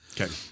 Okay